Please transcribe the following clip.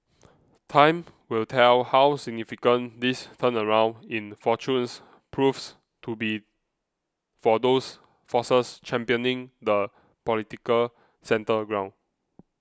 time will tell how significant this turnaround in fortunes proves to be for those forces championing the political centre ground